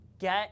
get